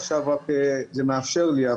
רק עכשיו מתאפשר לי.